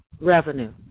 revenue